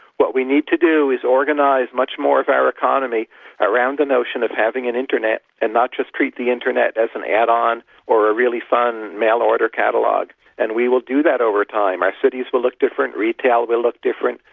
what we need to do is organise much more of our economy around the notion of having an internet, and not just treat the internet as an add-on, or a really fun mail order catalogue, and we will do that over time. our cities will look different, retail will look different,